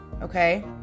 okay